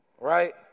Right